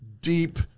deep